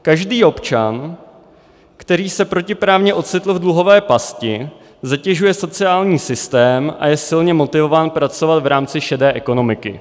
Každý občan, který se protiprávně ocitl v dluhové pasti, zatěžuje sociální systém a je silně motivován pracovat v rámci šedé ekonomiky.